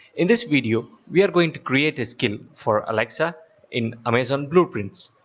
in this video we are going to create a skill for alexa in amazon blueprints.